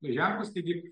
ženklas taigi